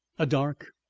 a dark,